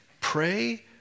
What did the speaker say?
pray